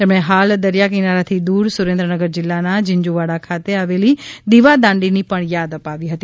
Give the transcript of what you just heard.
તેમણે હાલ દરિયાકિનારાથી દૂર સુરેન્દ્રનગર જીલ્લાના ઝીંઝુવાડા ખાતે આવેલી દીવાદાંડીની પણ યાદ અપાવી હતી